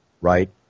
right